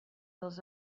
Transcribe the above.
dels